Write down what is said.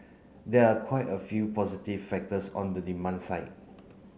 there are quite a few positive factors on the demand side